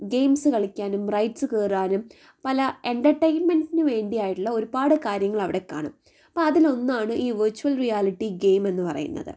games കളിക്കാനും rides കയറാനും പല എൻ്റർടൈൻമെൻ്റിന് വേണ്ടിയായിട്ടുള്ള ഒരുപാട് കാര്യങ്ങളവിടെ കാണാം അപ്പം അതിലൊന്നാണ് ഈ വെർച്വൽ റിയാലിറ്റി ഗെയിമെന്നു പറയുന്നത്